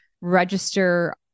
register